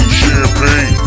champagne